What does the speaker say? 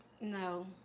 No